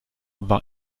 war